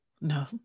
no